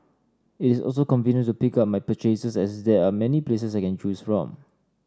it is also convenient to pick up my purchases as there are many places I can choose from